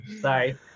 Sorry